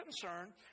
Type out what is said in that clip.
concern